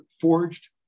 forged